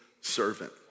servant